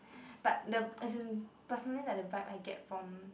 but the as in personally like the vibe I get from